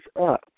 up